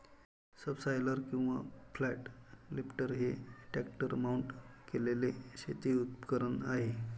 subsoiler किंवा flat lifter हे tractor mount केलेले शेती उपकरण आहे